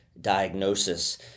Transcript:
diagnosis